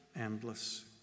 endless